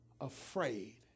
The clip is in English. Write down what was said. afraid